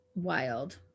wild